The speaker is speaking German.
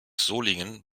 solingen